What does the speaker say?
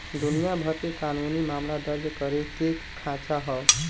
दुनिया भर के कानूनी मामला दर्ज करे के खांचा हौ